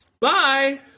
Bye